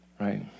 right